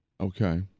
Okay